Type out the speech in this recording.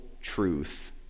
truth